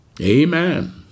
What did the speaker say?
Amen